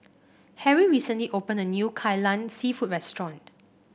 Harry recently opened a new Kai Lan seafood restaurant